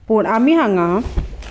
पूण आमी हांगा